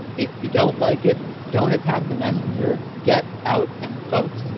if you don't like it, don't attack the messenger get out and vote.